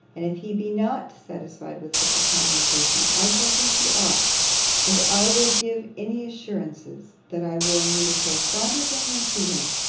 and if he be not satisfied with such a condescension, i shall think he ought and i will give any assurances, that i will neither correspond with him, nor see him.